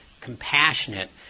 compassionate